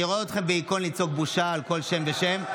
אני רואה אתכם בהיכון לצעוק "בושה" על כל שם ושם.